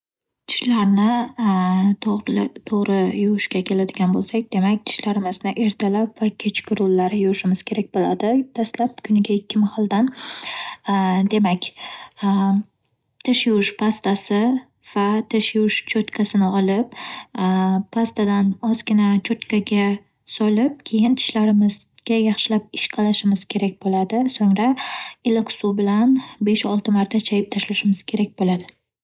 Tishlarni to'g'rilab- to'g'ri yuvishga keladigan bo'lsak, demak, tishlarimizni ertalab va kechqurunlari yuvishimiz kerak bo'ladi. Dastlab kuniga ikki mahaldan. Demak tish yuvish pastasi va tish yuvish cho'tkasini olib, pastadan ozgina cho'tkaga solib keyin tishlarimizga yaxshilab ishqalashimiz kerak bo'ladi. So'ngra, iliq suv bilan besh-olti marta chayib tashlashimiz kerak bo'ladi.